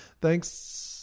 Thanks